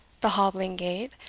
the hobbling gait,